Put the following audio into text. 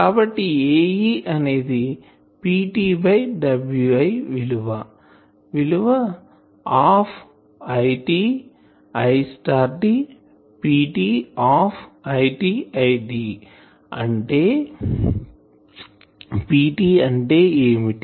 కాబట్టి Ae అనేది PT by Wi విలువ half IT IT PT half IT IT PT అంటే ఏమిటి